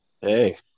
Hey